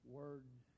words